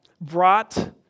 brought